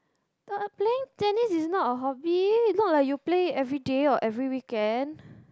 but playing tennis is not a hobby it's not like you play every day or every weekend